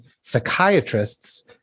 psychiatrists